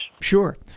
Sure